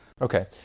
Okay